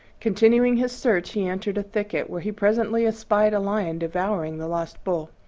continuing his search, he entered a thicket, where he presently espied a lion devouring the lost bull.